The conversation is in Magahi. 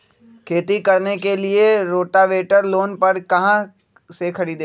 खेती करने के लिए रोटावेटर लोन पर कहाँ से खरीदे?